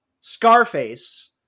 Scarface